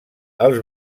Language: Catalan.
els